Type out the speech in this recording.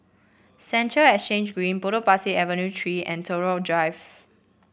Central Exchange Green Potong Pasir Avenue Three and Tagore Drive